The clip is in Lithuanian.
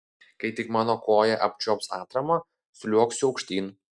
kai tik mano koja apčiuops atramą sliuogsiu aukštyn